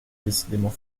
décidément